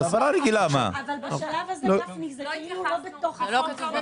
אבל בשלב הזה, גפני, הם יהיו לא בתוך החוק.